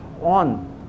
on